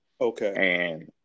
Okay